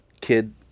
kid